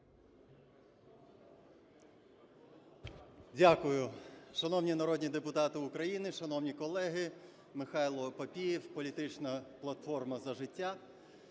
Дякую. Шановні народні депутати України! Шановні колеги! Михайло Папієв, політична платформа "За життя",